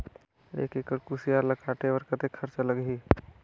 एक एकड़ कुसियार ल काटे बर कतेक खरचा लगही?